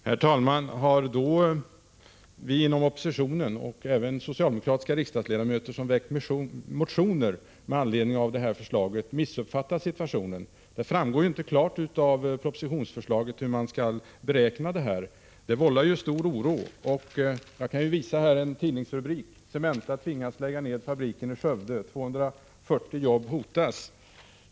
Herr talman! Då har vi inom oppositionen och även socialdemokratiska riksdagsledamöter som väckt motioner med anledning av detta förslag missuppfattat situationen. Det framgår ju inte klart av propositionen hur man skall beräkna detta. Det vållar stor oro, och jag kan visa upp en tidningsrubrik som säger att Cementa tvingas lägga ned fabriken i Skövde — 240 jobb hotas.